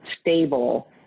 stable